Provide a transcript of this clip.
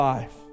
Life